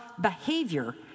behavior